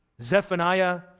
Zephaniah